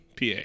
PA